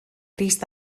crist